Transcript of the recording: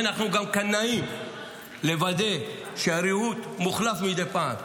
לכן אנחנו גם קנאים לוודא שהריהוט מוחלף מדי פעם.